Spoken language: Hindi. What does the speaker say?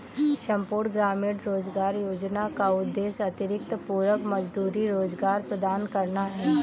संपूर्ण ग्रामीण रोजगार योजना का उद्देश्य अतिरिक्त पूरक मजदूरी रोजगार प्रदान करना है